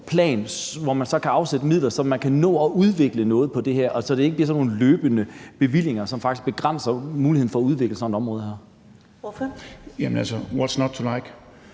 plan, hvor man så kan afsætte midler, så man kan nå at udvikle noget på det her, så det ikke bliver sådan nogle løbende bevillinger, som faktisk begrænser muligheden for at udvikle sådan et område her? Kl. 19:58 Første næstformand